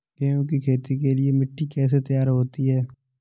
गेहूँ की खेती के लिए मिट्टी कैसे तैयार होती है?